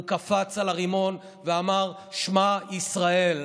הוא קפץ על הרימון ואמר "שמע ישראל"